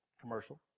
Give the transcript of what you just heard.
commercial